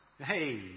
Hey